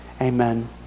Amen